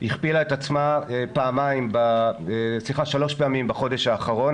הכפילה את עצמה שלוש פעמים בחודש האחרון.